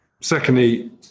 Secondly